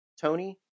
tony